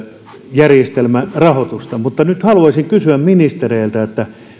järjestelmärahoitusta mutta haluaisin kysyä ministereiltä